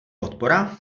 podpora